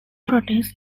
protests